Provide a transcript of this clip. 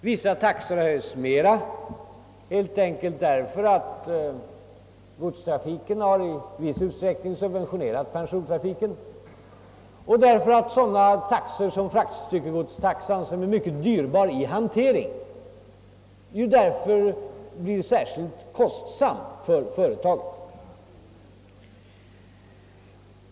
Vissa taxor har höjts mera, helt enkelt därför att godstrafiken i viss utsträckning har subventionerat persontrafiken och därför att t.ex. fraktstyckegods: taxan, som är mycket dyrbar i hante ring, blir särskilt kostsam för företaget.